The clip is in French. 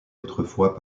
autrefois